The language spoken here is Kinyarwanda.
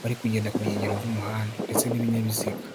bari kugenda ku nkengero z'umuhanda ndetse n'ibinyabiziga.